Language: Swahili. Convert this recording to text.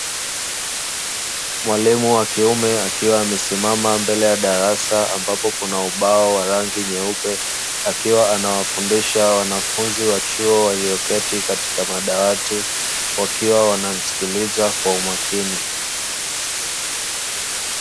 Mwalimu wa kiume akiwa amesimama mbele ya darasa ambapo kuna ubao wa rangi nyeupe akiwa anawafundisha wanafunzi wa chuo walioketi katika madawati wakiwa wanamsikiliza kwa umakini.